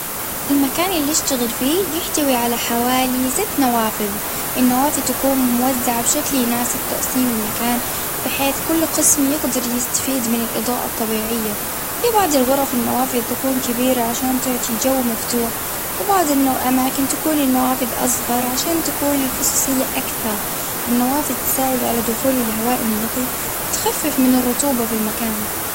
المكان اللي يشتغل فيه بيحتوي على حوالي ست نوافذ، النوافذ تكون موزعة بشكل يناسب تقسيم المكان، بحيث كل قسم يقدر يستفيد من الإضاءة الطبيعية، في بعض الغرف النوافذ تكون كبيرة عشان تعطي جو مفتوح، وبعض أماكن تكون النوافذ أصغر عشان تكون الخصوصية أكثر، النوافذ بتساعد على دخول الهواء النقي، وتخفف من الرطوبة في المكان.